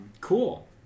cool